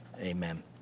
amen